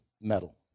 metal